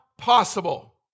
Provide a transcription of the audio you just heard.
possible